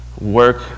work